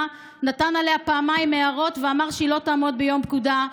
נתן עליה פעמיים הערות ואמר שהיא לא תעמוד ביום פקודה.